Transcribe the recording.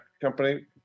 company